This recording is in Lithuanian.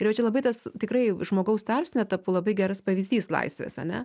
ir va čia labai tas tikrai žmogaus tarpsniotap labai geras pavyzdys laisvės ane